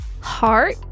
heart